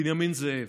בנימין זאב,